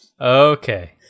Okay